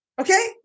Okay